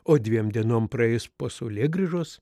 o dviem dienom praėjus po saulėgrįžos